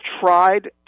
tried